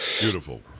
Beautiful